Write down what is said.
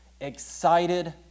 Excited